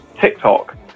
TikTok